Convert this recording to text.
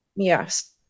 Yes